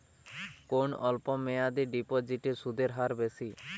কোন অল্প মেয়াদি ডিপোজিটের সুদের হার বেশি?